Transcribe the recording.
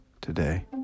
today